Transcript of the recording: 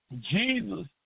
Jesus